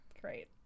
Great